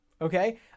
Okay